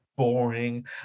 boring